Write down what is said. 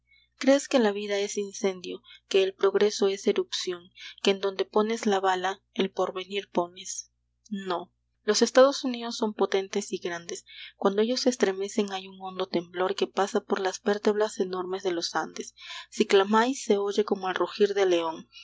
crees que la vida es incendio que el progreso es erupción que en donde pones la bala el porvenir pones no los estados unidos son potentes y grandes cuando ellos se estremecen hay un hondo temblor que pasa por las vértebras enormes de los andes si clamáis se oye como el rugir del león